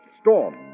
storm